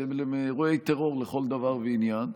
והם אירוע טרור לכל דבר ועניין.